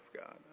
God